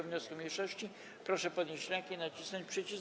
wniosku mniejszości, proszę podnieść rękę i nacisnąć przycisk.